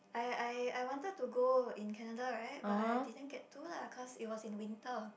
I I I wanted to go in Canada right but I didn't get to lah because it was in winter